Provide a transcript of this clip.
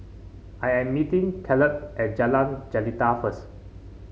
I am meeting Kaleb at Jalan Jelita first